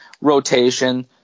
rotation